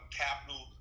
capital